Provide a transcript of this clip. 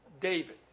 David